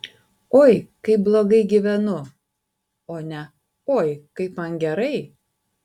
oi kaip blogai gyvenu o ne oi kaip man gerai